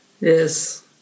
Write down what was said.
yes